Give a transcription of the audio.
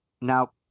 Now